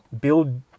build